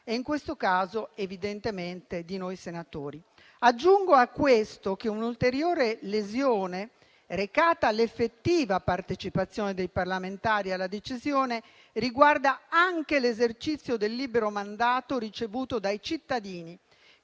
e in questo caso evidentemente di noi senatori. Aggiungo a questo che un'ulteriore lesione recata all'effettiva partecipazione dei parlamentari alla decisione, riguarda anche l'esercizio del libero mandato ricevuto dai cittadini,